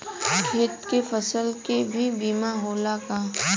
खेत के फसल के भी बीमा होला का?